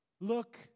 look